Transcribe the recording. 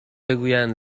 بگویند